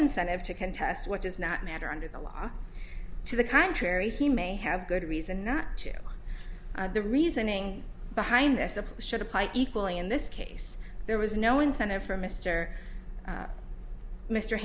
incentive to contest what does not matter under the law to the contrary he may have good reason not to the reasoning behind this approach should apply equally in this case there was no incentive for mister m